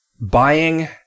buying